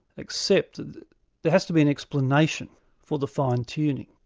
accept that there has to be an explanation for the fine-tuning,